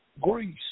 Greece